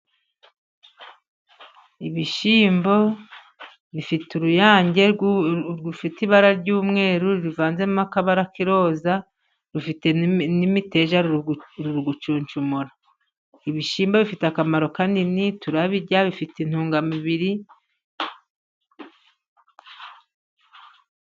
Ibishyimbo bifite uruyange rufite ibara ry'umweru rivanzemo akabara k'iroza, rufite n'imiteja, birimo gucunshumura. Ibishyimbo bifite akamaro kanini, turabirya, bifite intungamubiri.